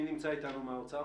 מי נמצא איתנו מהאוצר?